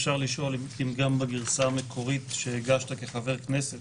גם בגרסה המקורית שהגשת כחבר כנסת